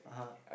(uh huh)